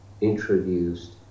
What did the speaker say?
introduced